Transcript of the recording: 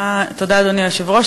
תודה, אדוני היושב-ראש.